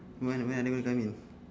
when when what do you mean